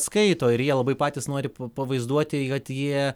skaito ir jie labai patys nori pavaizduoti kad jie